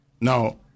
Now